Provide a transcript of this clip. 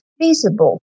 feasible